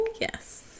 yes